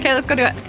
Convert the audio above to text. yeah let's go do it.